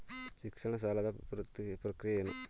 ಶಿಕ್ಷಣ ಸಾಲದ ಪ್ರಕ್ರಿಯೆ ಏನು?